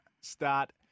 start